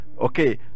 okay